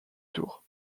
tour